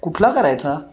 कुठला करायचा